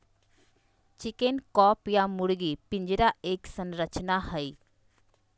chicken coop या मुर्गी पिंजरा एक संरचना हई,